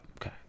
okay